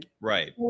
Right